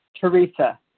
Teresa